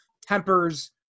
tempers